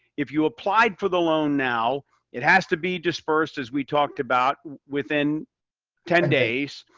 if you applied for the loan now it has to be dispersed as we talked about within ten days.